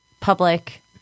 public